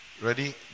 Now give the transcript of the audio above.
Ready